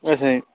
ਅੱਛਾ ਜੀ